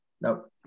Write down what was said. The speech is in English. Nope